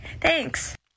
Thanks